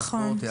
נכון,